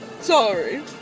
Sorry